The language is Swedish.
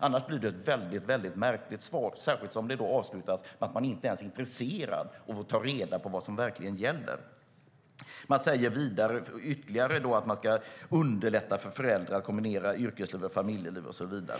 Annars var det ett märkligt svar, särskilt som det avslutades med att man inte ens är intresserad av att ta reda på vad som verkligen gäller. Ministern sade ytterligare att man ska "underlätta för föräldrar att kombinera yrkesliv med familjeliv". Påståendet